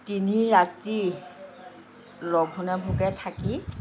তিনি ৰাতি লঘোণে ভোকে থাকি